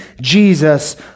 Jesus